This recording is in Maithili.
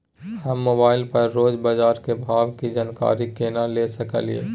हम मोबाइल पर रोज बाजार के भाव की जानकारी केना ले सकलियै?